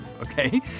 Okay